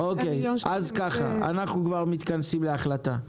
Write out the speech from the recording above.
אנחנו כבר מתכנסים להחלטה.